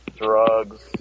drugs